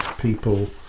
people